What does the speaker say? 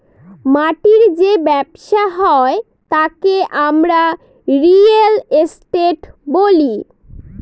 মাটির যে ব্যবসা হয় তাকে আমরা রিয়েল এস্টেট বলি